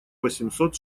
восемьсот